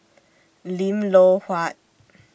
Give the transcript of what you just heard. Lim Loh Huat